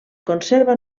conserva